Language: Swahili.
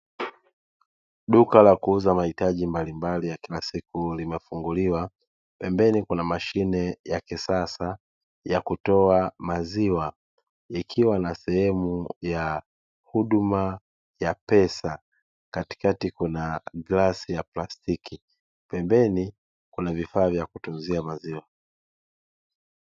Duka la kuuza mahitaji mbalimbali ya kila siku, limefunguliwa, pembeni kuna mashine ya kisasa ya kutoa maziwa, ikiwa na sehemu ya huduma ya pesa. Katikati kuna glasi ya plastiki pembeni kuna vifaa vya kutunzia maziwa.